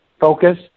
focus